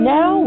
Now